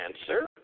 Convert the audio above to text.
answer